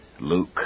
Luke